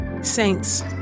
Saints